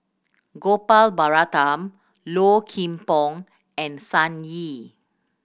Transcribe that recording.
Gopal Baratham Low Kim Pong and Sun Yee